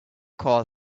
call